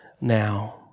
now